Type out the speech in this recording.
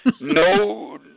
no